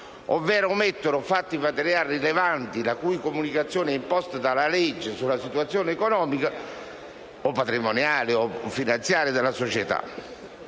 ovvero omettono fatti materiali rilevanti la cui comunicazione è imposta dalla legge sulla situazione economica, patrimoniale o finanziaria della società».